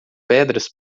pedras